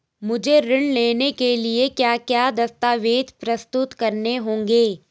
मुझे ऋण लेने के लिए क्या क्या दस्तावेज़ प्रस्तुत करने होंगे?